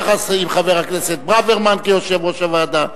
יחד עם חבר הכנסת ברוורמן כיושב-ראש הוועדה,